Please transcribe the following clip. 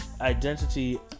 identity